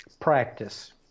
Practice